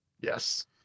Yes